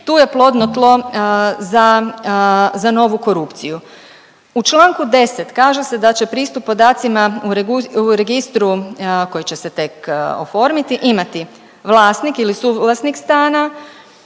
tu je plodno tlo za, za novu korupciju. U Članku 10. kaže se da će pristup podacima u registru koji će se tek oformiti imati vlasnik ili suvlasnik stana